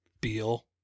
Beal